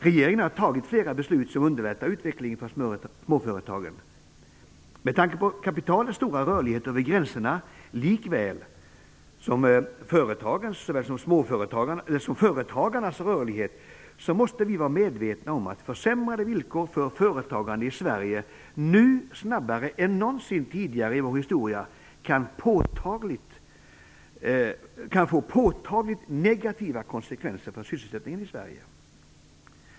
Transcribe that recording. Regeringen har tagit flera beslut som underlättar utvecklingen för småföretagen. Med tanke på kapitalets stora rörlighet över gränserna likaväl som med tanke på såväl företagens som företagarnas rörlighet måste vi vara medvetna om att försämrade villkor för företagande i Sverige nu snabbare än någonsin tidigare i vår historia kan få påtagligt negativa konsekvenser för sysselsättningen i Sverige.